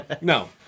no